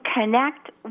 connect